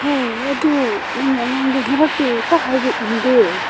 ꯍꯣꯏ ꯑꯗꯨ ꯅꯪꯒꯤ ꯑꯉꯥꯡꯗꯣ ꯐꯠꯇꯦ ꯈꯔ ꯍꯥꯏꯕ ꯏꯟꯗꯦ